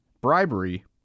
bribery